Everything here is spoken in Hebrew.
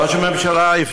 ראש הממשלה הבטיח,